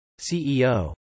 CEO